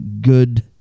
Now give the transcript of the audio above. good